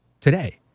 today